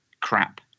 crap